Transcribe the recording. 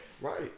Right